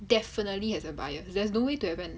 definitely has a buyer there's no way to even